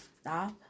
stop